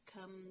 come